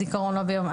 לא ביום הזכרון.